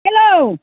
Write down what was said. hello